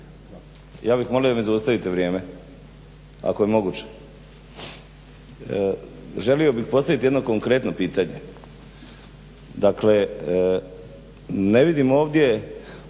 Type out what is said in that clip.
ja bih molio da mi zaustavite vrijeme ako je moguće. Želio bih postaviti jedno konkretno pitanje, dakle ne vidim ovdje